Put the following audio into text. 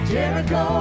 Jericho